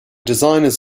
designers